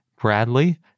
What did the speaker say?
bradley